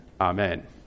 Amen